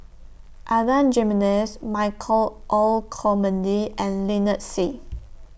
Adan Jimenez Michael Olcomendy and Lynnette Seah